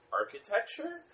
architecture